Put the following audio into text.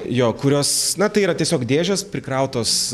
jo kurios na tai yra tiesiog dėžės prikrautos